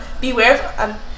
Beware